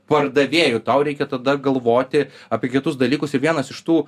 pardavėju tau reikia tada galvoti apie kitus dalykus ir vienas iš tų